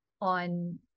on